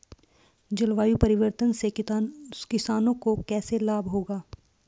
जलवायु परिवर्तन से किसानों को कैसे लाभ होगा?